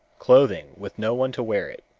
clothing with no one to wear it,